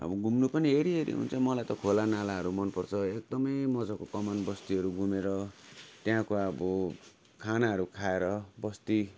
अब घुम्नु पनि हेरिहेरि हुन्छ मलाई त खोलानालाहरू मनपर्छ एकदमै मजाको कमान बस्तीहरू घुमेर त्यहाँको अब खानाहरू खाएर बस्ती